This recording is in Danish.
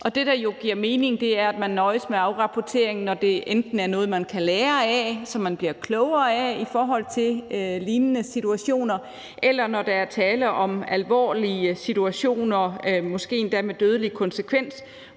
det, der jo giver mening, er, at man nøjes med afrapporteringen, når det enten er noget, man kan lære af, som man bliver klogere af, i forhold til lignende situationer, eller når der er tale om alvorlige situationer, måske endda med dødelig konsekvens,